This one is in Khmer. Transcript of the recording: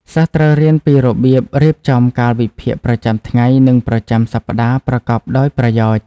សិស្សត្រូវរៀនពីរបៀបរៀបចំកាលវិភាគប្រចាំថ្ងៃនិងប្រចាំសប្តាហ៍ប្រកបដោយប្រយោជន៍។